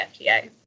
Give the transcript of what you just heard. FTA